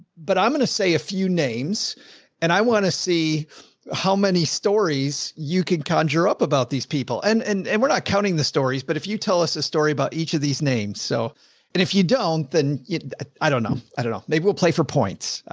but i'm going to say a few names and i want to see how many stories you can conjure up about these people. and, and, and we're not counting the stories, but if you tell us a story about each of these names, so, and if you don't, then i don't know. i don't know. maybe we'll play for points.